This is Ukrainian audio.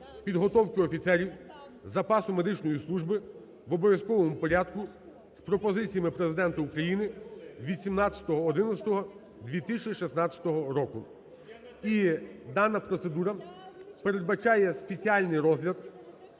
підготовки офіцерів запасу медичної служби в обов'язковому порядку)" з пропозиціями Президента України від 17.11.2016 року. І дана процедура передбачає спеціальний розгляд,